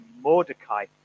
Mordecai